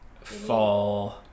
fall